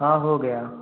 हाँ हो गया